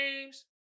games